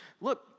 look